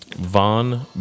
Von